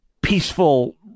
peaceful